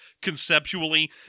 conceptually